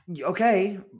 Okay